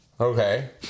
okay